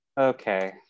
Okay